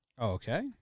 Okay